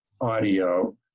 audio